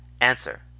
Answer